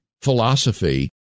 philosophy